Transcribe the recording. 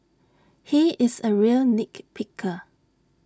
he is A real nit picker